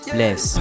Bless